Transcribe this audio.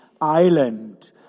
island